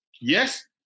Yes